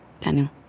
Daniel